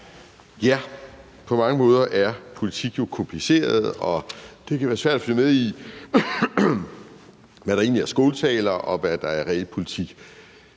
På mange måder er politik jo kompliceret, og det kan være svært at følge med i, hvad der egentlig er skåltaler, og hvad der er reel politik.